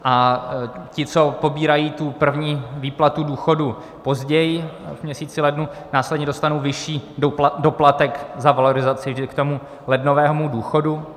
A ti, co pobírají tu první výplatu důchodu později v měsíci lednu, následně dostanou vyšší doplatek za valorizaci k lednovému důchodu.